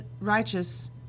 righteous